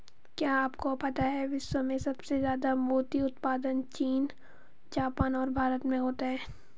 क्या आपको पता है विश्व में सबसे ज्यादा मोती उत्पादन चीन, जापान और भारत में होता है?